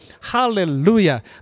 Hallelujah